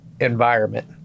environment